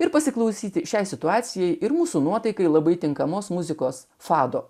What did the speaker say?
ir pasiklausyti šiai situacijai ir mūsų nuotaikai labai tinkamos muzikos fado